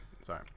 Sorry